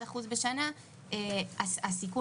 רק פה את תמצאי חתן.